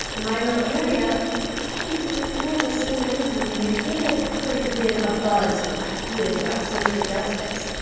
the mine mill area, for decades before the civil rights movement, it had already been abuzz with ideas about social justice.